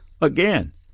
again